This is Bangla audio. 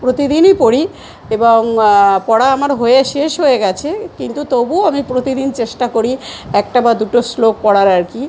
প্রতিদিনই পড়ি এবং পড়া আমার হয়ে শেষ হয়ে গিয়েছে কিন্তু তবুও আমি প্রতিদিন চেষ্টা করি একটা বা দুটো শ্লোক পড়ার আর কি